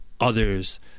others